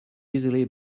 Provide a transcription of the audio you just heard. easily